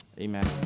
Amen